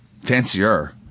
Fancier